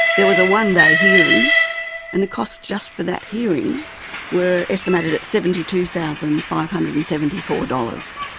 there was a one-day hearing and the costs just for that hearing were estimated at seventy two thousand five hundred and seventy four dollars.